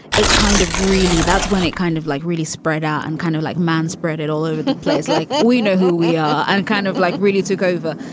it kind of really that's when it kind of like really spread out and kind of like, man spread it all over the place, like we know who we are. i'm and kind of like really took over.